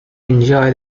enjoy